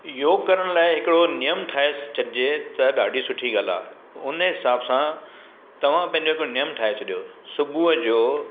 योगु करण लाइ हिकिड़ो नियम ठाहे छॾिजे त ॾाढी सुठी ॻाल्हि आहे हुन हिसाब सां तव्हां पंहिंजो हिकिड़ो नियम ठाहे छॾियो सुबुह जो